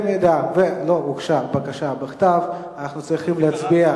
אם לא הוגשה בקשה בכתב, אנחנו צריכים להצביע.